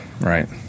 right